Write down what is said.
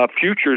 futures